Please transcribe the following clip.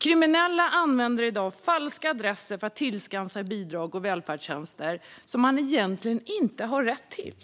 Kriminella använder i dag falska adresser för att tillskansa sig bidrag och välfärdstjänster som de egentligen inte har rätt till.